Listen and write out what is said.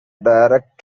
direct